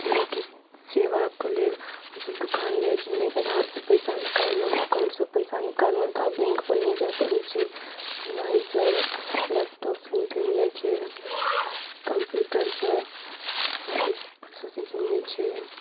जेनाकि सेवाके लेल हमसब दुकान जाइ छी जेनाकि आधारसँ पैसा निकाललहुॅं अकाउंटसँ पैसा निकाललहुॅं तऽ आब बैंक पर नहि जाय पड़ै छै मोबाइल से आओर लैपटॉप सऽ निकलि जाइ छै कम्प्यूटरसँ अधिक प्रोसेस मिलै छै